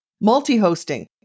multi-hosting